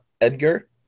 Edgar